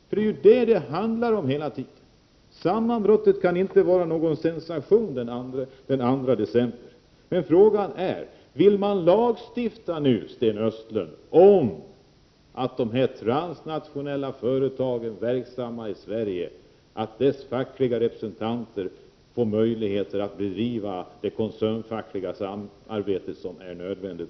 Sammanbrottet den 2 december kan inte ha varit någon sensation. Frågan är, Sten Östlund: Vill man nu lagstifta om att de fackliga representanterna för transnationella företag verksamma i Sverige får möjligheter att bedriva det koncernfackliga samarbete som är nödvändigt?